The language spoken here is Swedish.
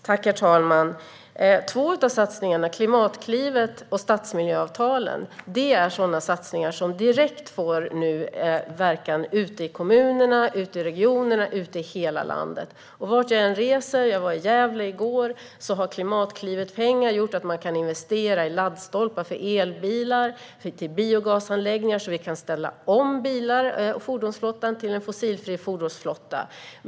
Herr talman! Två av satsningarna, Klimatklivet och stadsmiljöavtalen, är sådana satsningar som direkt får verkan ute i kommuner och regioner i hela landet. Vart jag än reser - jag var i Gävle i går - har pengar från Klimatklivet gjort att man kan investera i laddstolpar för elbilar och biogasanläggningar, så att vi kan ställa om till en fossilfri fordonsflotta.